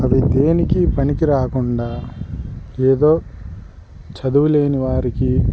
అవి దేనికి పనికి రాకుండా ఏదో చదువులేని వారికి